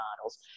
models